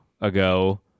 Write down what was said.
ago